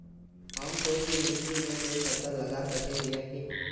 हम कोई भी मिट्टी में कोई फसल लगा सके हिये की?